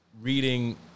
reading